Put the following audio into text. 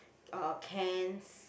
or cans